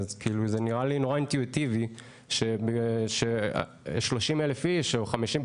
זה נראה לי נורא אינטואיטיבי ש-30,000 איש או 50,000,